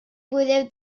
podeu